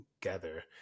together